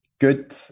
good